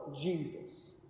Jesus